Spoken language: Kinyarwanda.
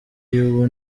y’ubu